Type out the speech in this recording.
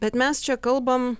bet mes čia kalbam